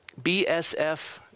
BSF